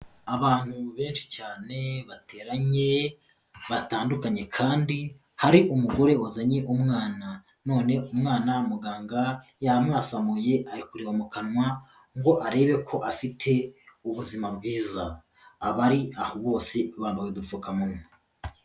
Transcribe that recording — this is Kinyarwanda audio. Abantu benshi cyane bateranye, batandukanye kandi hari umugore wazanye umwana none umwana muganga yamwasamuye ari kureba mu kanwa ngo arebe ko afite ubuzima bwiza, abari aho bose bambaye udupfukamunwa.